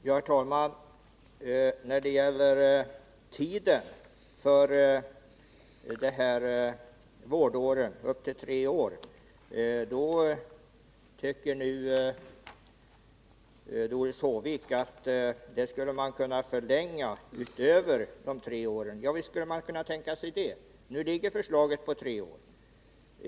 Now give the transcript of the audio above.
Herr talman! Doris Håvik tycker nu att man skulle kunna förlänga den tid som föräldrarna får tillgodoräkna sig, så att den inte bara avser vård av barn upp till tre år. Javisst skulle man kunna göra det. Men nu ligger förslaget på tre år.